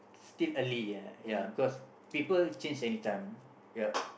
still early ya ya because people change anytime ya